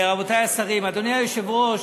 רבותי השרים, אדוני היושב-ראש,